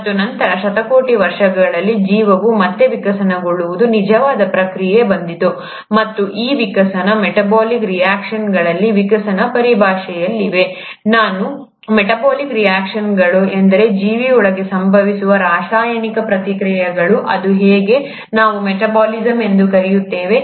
ಮತ್ತು ನಂತರ ಶತಕೋಟಿ ವರ್ಷಗಳಲ್ಲಿ ಜೀವವು ಮತ್ತೆ ವಿಕಸನಗೊಳ್ಳುವ ನಿಜವಾದ ಪ್ರಕ್ರಿಯೆಯು ಬಂದಿತು ಮತ್ತು ಈ ವಿಕಸನಗಳು ಗಳಲ್ಲಿನ ವಿಕಸನಗಳ ಪರಿಭಾಷೆಯಲ್ಲಿವೆ ನಾನು ಗಳು ಎಂದರೆ ಜೀವಿಯೊಳಗೆ ಸಂಭವಿಸುವ ರಾಸಾಯನಿಕ ಪ್ರತಿಕ್ರಿಯೆಗಳು ಅದು ಹೇಗೆ ನಾವು ಮೆಟಾಬೋಲಿಸಂ ಎಂದು ಕರೆಯುತ್ತೇವೆ